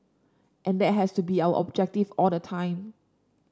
and that has to be our objective all the time